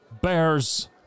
Bears